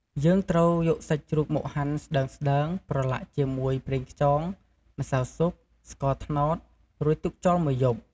យើងត្រូវយកសាច់ជ្រូកមកហាន់ស្តើងៗ ប្រឡាក់ជាមួយ ប្រេងខ្យង ម្សៅស៊ុប ស្ករត្នោត រួចទុកចោលមួយយប់។